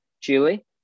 Julie